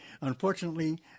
Unfortunately